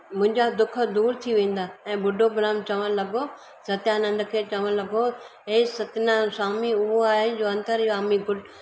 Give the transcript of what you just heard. मुंहिंजा दुखु दूरि थी वेंदा ऐं बुडो ब्रह्मन चवण लॻो सत्यानंद खे चवण लॻो हे सत्यनाराय्ण स्वामी उहा आहे जो अंतर्यामी